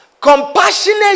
compassionate